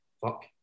fuck